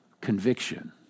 conviction